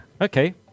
Okay